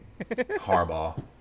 Harbaugh